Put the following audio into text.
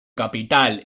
capital